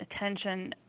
attention